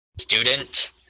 Student